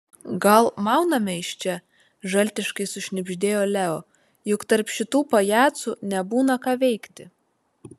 gal mauname iš čia žaltiškai sušnibždėjo leo juk tarp šitų pajacų nebūna ką veikti